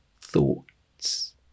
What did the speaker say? thoughts